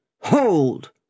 Hold